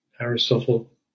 Aristotle